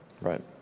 right